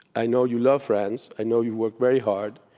i know you love france. i know you work very hard.